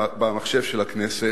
במחשב של הכנסת,